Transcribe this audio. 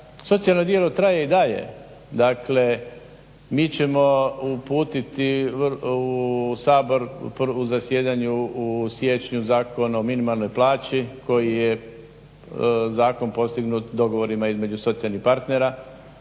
socijalni dijalog traje i dalje, dakle mi ćemo uputiti u Sabor u zasjedanju u siječnju Zakon o minimalnoj plaći koji je Zakon postignut između socijalnih partnera.